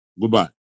Goodbye